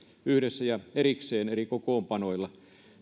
yhdessä ja erikseen eri kokoonpanoilla